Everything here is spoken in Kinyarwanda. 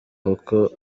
kuko